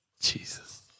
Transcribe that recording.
Jesus